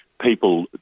people